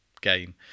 Game